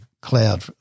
cloud